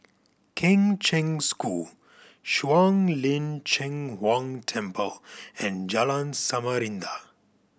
Kheng Cheng School Shuang Lin Cheng Huang Temple and Jalan Samarinda